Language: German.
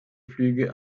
flüge